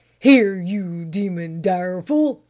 here you, demon direful!